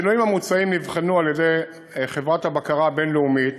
השינויים המוצעים נבחנו על-ידי חברת הבקרה הבין-לאומית,